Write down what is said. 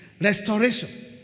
restoration